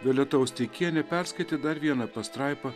violeta austeikienė perskaitė dar vieną pastraipą